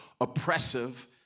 oppressive